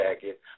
jacket